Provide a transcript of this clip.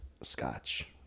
scotch